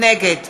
נגד